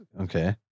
okay